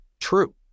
True